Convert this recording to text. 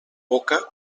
boca